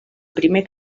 primer